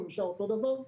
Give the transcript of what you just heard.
הוא נשאר אותו דבר.